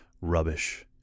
rubbish